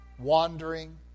wandering